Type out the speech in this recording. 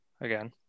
again